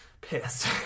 pissed